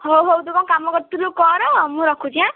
ହଉ ହଉ ତୁ କ'ଣ କାମ କରୁଥିଲୁ କର ମୁଁ ରଖୁଛି ଆଁ